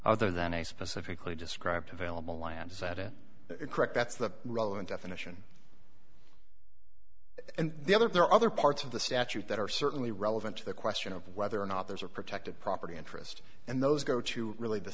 other than a specifically described available land is that it correct that's the relevant definition and the other there are other parts of the statute that are certainly relevant to the question of whether or not there's a protected property interest and those go to really the